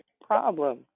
problem